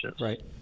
Right